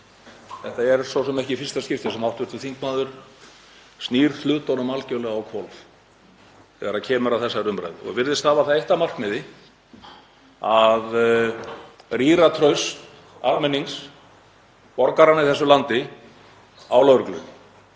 Þetta er svo sem ekki í fyrsta skipti sem hv. þingmaður snýr hlutunum algjörlega á hvolf þegar kemur að þessari umræðu og virðist hafa það eitt að markmiði að rýra traust almennings, borgaranna í þessu landi, á lögreglu,